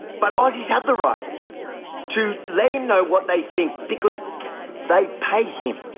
but aussies have the right to let him know what they think because they pay him.